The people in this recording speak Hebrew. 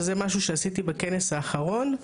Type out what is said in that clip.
וזה משהו שעשיתי בכנס האחרון.